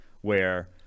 where-